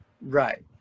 Right